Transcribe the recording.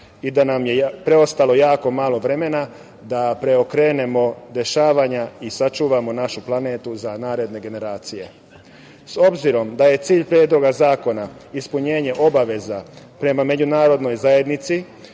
i da nam je preostalo jako malo vremena da preokrenemo dešavanja i sačuvamo našu planetu za naredne generacije.S obzirom da je cilj Predloga zakona ispunjenje obaveza prema međunarodnoj zajednici